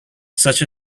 such